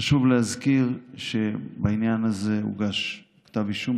חשוב להזכיר שבעניין הזה הוגש כתב אישום,